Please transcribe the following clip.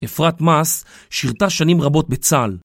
אפרת מס, שירתה שנים רבות בצה״ל